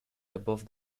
above